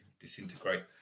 disintegrate